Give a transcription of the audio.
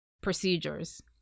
procedures